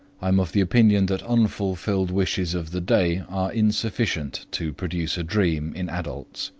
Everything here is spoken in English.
i am of the opinion that unfulfilled wishes of the day are insufficient to produce a dream in adults.